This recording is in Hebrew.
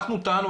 אנחנו טענו,